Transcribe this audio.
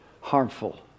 harmful